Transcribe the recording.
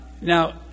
Now